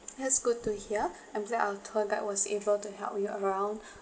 that's good to hear I'm glad our tour guide was able to help you around